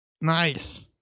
Nice